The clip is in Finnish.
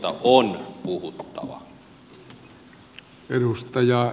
liittovaltiosta on puhuttava